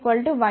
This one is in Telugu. C Y Z0 D 1